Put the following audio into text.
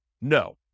No